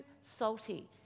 salty